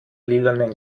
lilanen